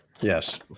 Yes